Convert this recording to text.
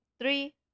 three